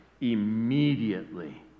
immediately